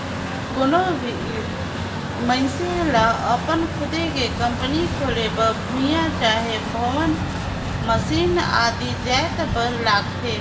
कोनो भी मइनसे लअपन खुदे के कंपनी खोले बर भुंइयां चहे भवन, मसीन आदि जाएत बर लागथे